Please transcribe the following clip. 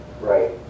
Right